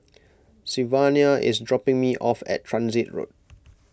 Sylvania is dropping me off at Transit Road